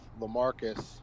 LaMarcus